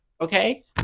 Okay